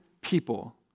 people